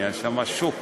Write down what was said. נהיה שם שוק.